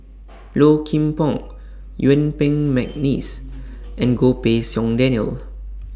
Low Kim Pong Yuen Peng Mcneice and Goh Pei Siong Daniel